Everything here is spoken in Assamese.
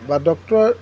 বা ডক্তৰ